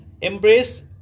embrace